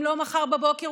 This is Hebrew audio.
אם לא מחר בבוקר,